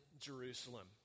Jerusalem